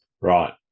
right